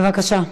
בבקשה.